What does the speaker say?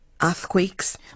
earthquakes